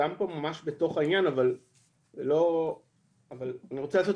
אני רוצה לעשות